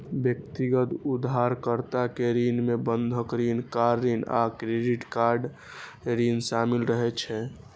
व्यक्तिगत उधारकर्ता के ऋण मे बंधक ऋण, कार ऋण आ क्रेडिट कार्ड ऋण शामिल रहै छै